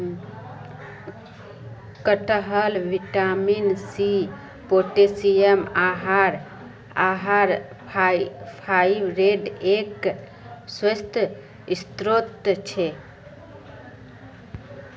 कटहल vitamin C, potassium, आहार फाइबरेर एक स्वस्थ स्रोत छे